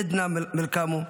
עדנה מלקמו,